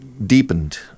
deepened